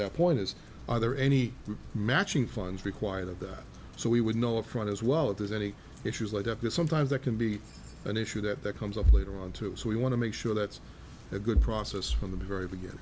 that point is are there any matching funds required of that so we would know up front as well if there's any issues like that because sometimes that can be an issue that comes up later on too so we want to make sure that's a good process from the very beginning